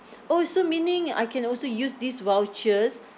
orh so meaning I can also use these vouchers